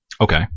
Okay